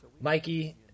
Mikey